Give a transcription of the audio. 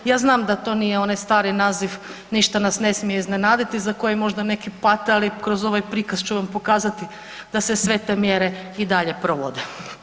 Ja znam da to nije onaj stari naziv ništa nas ne smije iznenaditi, za kojim možda neki pate, ali kroz ovaj prikaz ću vam pokazati da se sve te mjere i dalje provode.